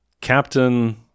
Captain